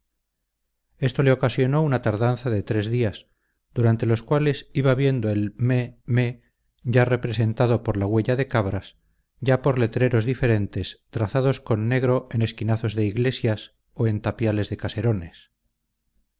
esto le ocasionó una tardanza de tres días durante los cuales iba viendo el mé mé ya representado por la huella de cabras ya por letreros diferentes trazados con negro en esquinazos de iglesias o en tapiales de caserones